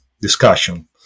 discussion